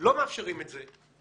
לא מאפשרים את זה,